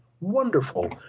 wonderful